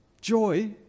joy